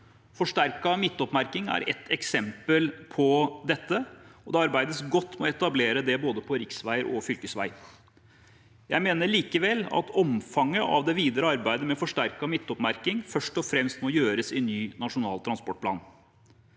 Forsterket midtoppmerking er ett eksempel på dette, og det arbeides godt med å etablere det på både riksvei og fylkesvei. Jeg mener likevel at omfanget av det videre arbeidet med forsterket midtoppmerking først og fremst må gjøres i ny Nasjonal transportplan